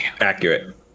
Accurate